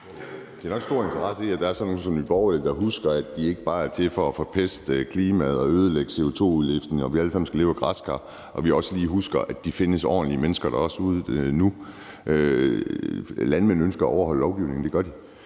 De har en stor interesse i, at der er sådan nogle som Nye Borgerlige, der husker, at de ikke bare er til for at forpeste klimaet og ødelægge det med CO2, så vi alle sammen skal leve af græskar, og som også lige husker, at der findes ordentlige mennesker derude nu. Landmænd ønsker at overholde lovgivningen. Det gør de.